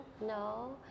No